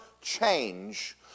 change